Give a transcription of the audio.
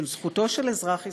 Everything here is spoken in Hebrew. של זכותו של אזרח ישראלי,